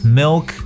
milk